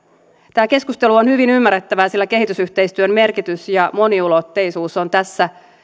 tämä keskustelu on hyvin ymmärrettävää sillä kehitysyhteistyön merkitys ja moniulotteisuus on tässä